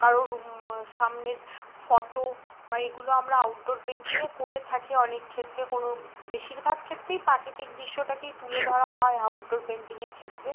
কারোর সামনের ফটো বা এগুলো আমরা আউটডোর পেন্টিংয়ে করে থাকি অনেক ক্ষেত্রে কোনো বেশিরভাগ ক্ষেত্রেই পাকিতিক দৃশ্যটাকেই তুলে ধরা হয় আউটডোর পেইন্টিংয়ের ক্ষেত্রে